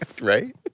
Right